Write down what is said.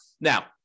Now